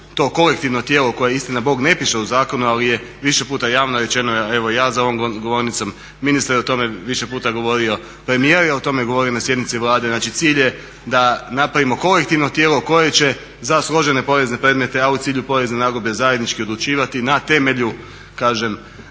to kolektivno tijelo koje je istinabog ne piše u zakonu ali je više puta javno rečeno, evo ja za ovom govornicom, ministar je više puta o tome govori, premijer je o tome govorio na sjednici Vlade, znači cilj je da napravimo kolektivno tijelo koje će za složene porezne predmete, a u cilju porezne nagodbe zajednički odlučivati na temelju nadzora